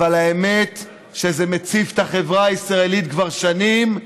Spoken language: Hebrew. אבל האמת היא שזה מציף את החברה הישראלית כבר שנים,